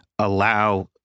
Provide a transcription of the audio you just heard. allow